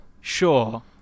Sure